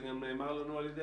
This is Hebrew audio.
שזה מענה מיידי וראשוני,